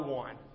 one